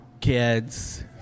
kids